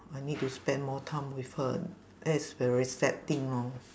I need to spend more time with her that's very sad thing lor